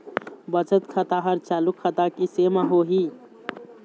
बचत खाता हर चालू खाता कैसे म होही?